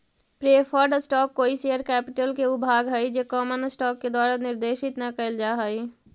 preferred stock कोई share capital के ऊ भाग हइ जे कॉमन स्टॉक के द्वारा निर्देशित न कैल जा हइ